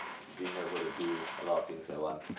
being able to do a lot of things at once